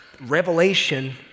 Revelation